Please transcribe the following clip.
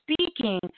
speaking